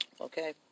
okay